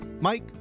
Mike